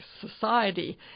society